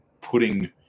putting